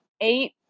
eight